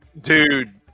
Dude